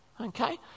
Okay